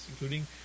including